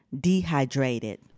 dehydrated